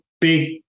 big